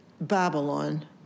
Babylon